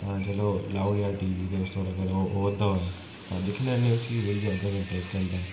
तां चलो लाई ओड़ेआ टी वी जेकर ओह् अवा दा होऐ तां दिक्खी लेैन्ने ऐं उस्सी बैइयै अद्धा घैंटा इक घैंटा